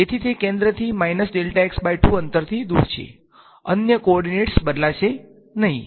તેથી તે કેન્દ્રથી અંતરથી દૂર છે અન્ય કોઓર્ડિનેટ્સ બદલાશે નહી